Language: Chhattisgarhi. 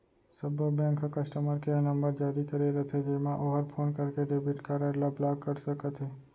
सब्बो बेंक ह कस्टमर केयर नंबर जारी करे रथे जेमा ओहर फोन करके डेबिट कारड ल ब्लाक कर सकत हे